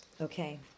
Okay